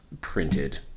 printed